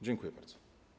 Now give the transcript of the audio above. Dziękuję bardzo.